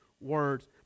Words